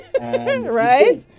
Right